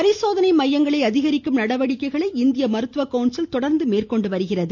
பரிசோதனை மையங்களை அதிகரிக்கும் நடவடிக்கைகளை இந்திய மருத்துவ கவுன்சில் தொடர்ந்து மேற்கொண்டு வருகிறது